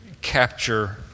capture